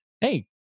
hey